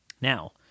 Now